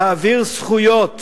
להעביר זכויות